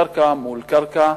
קרקע מול קרקע.